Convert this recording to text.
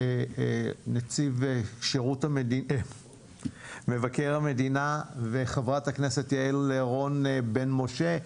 אדוני, מבקר המדינה וח"כ יעל רון בן משה,